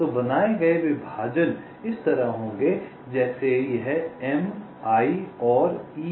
तो बनाए गए विभाजन इस तरह होंगे जैसे यह m i और e a